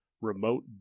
Remote